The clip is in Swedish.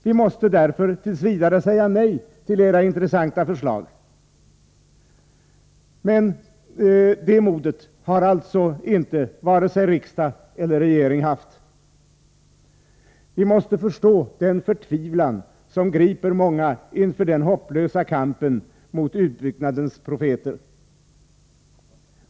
Vi måste därför t. v. säga nej till era intressanta förslag.” Det modet har alltså inte vare sig riksdag eller regering haft. Vi måste förstå den förtvivlan som griper många inför den hopplösa kampen mot utbyggnadens profeter.